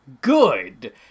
good